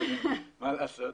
מה לעשות?